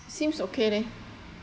seems okay leh